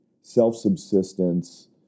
self-subsistence